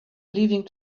leaving